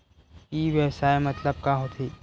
ई व्यवसाय मतलब का होथे?